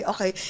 Okay